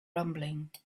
rumbling